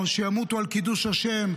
או שימותו על קידוש השם.